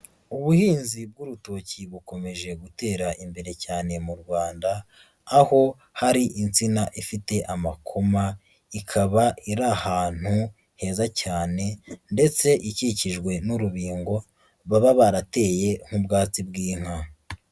Ubuhinzi bw'urutoki bukomeje gutera imbere cyane mu Rwanda, aho hari insina ifite amakoma, ikaba iri ahantu heza cyane ndetse ikikijwe n'urubingo baba barateye nk'ubwatsi bw'inka.